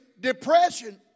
depression